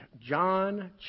John